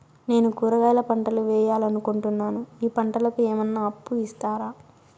నేను కూరగాయల పంటలు వేయాలనుకుంటున్నాను, ఈ పంటలకు ఏమన్నా అప్పు ఇస్తారా?